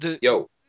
Yo